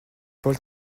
paul